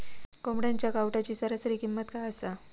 कोंबड्यांच्या कावटाची सरासरी किंमत काय असा?